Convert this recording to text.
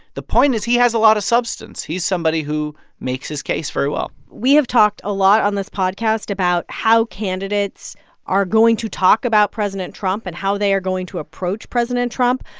the point is he has a lot of substance. he's somebody who makes his case very well we have talked a lot on this podcast about how candidates are going to talk about president trump and how they are going to approach president trump.